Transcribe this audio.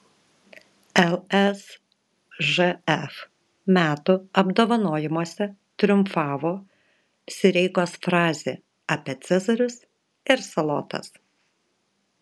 lsžf metų apdovanojimuose triumfavo sireikos frazė apie cezarius ir salotas